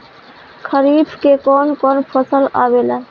खरीफ में कौन कौन फसल आवेला?